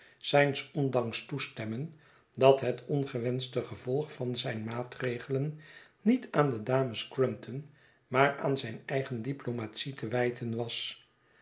zijns ondanks toestemmen dat het ongewenschte gevolg van zijn maatregelen niet aan de dames crumpton maar aan zijn eigen diplomatic te wijten was